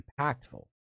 impactful